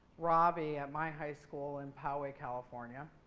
robbie at my high school in poway, california.